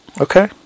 okay